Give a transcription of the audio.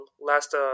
last